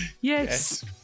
Yes